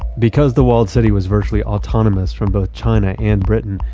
because the walled city was virtually autonomous from both china and britain,